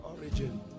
origin